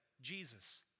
Jesus